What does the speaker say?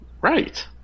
Right